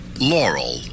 Laurel